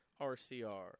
RCR